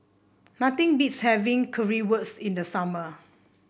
nothing beats having Currywurst in the summer